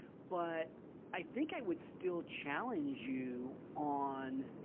but i think i would still challenge you on